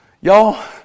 Y'all